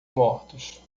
mortos